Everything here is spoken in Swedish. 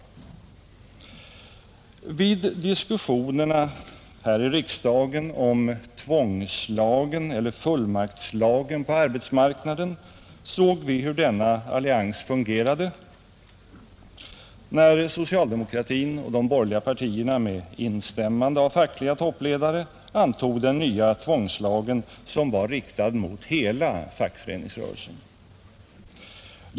Vid diskussionerna här i riksdagen om tvångslagen, eller fullmakts lagen, på arbetsmarknaden såg vi hur denna allians fungerade när socialdemokratin och de borgerliga partierna med instämmande av fackliga toppledare antog den nya tvångslagen, som var riktad mot hela fackföreningsrörelsen.